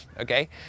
okay